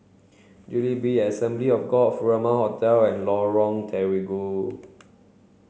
Jubilee Assembly of God Furama Hotel and Lorong Terigu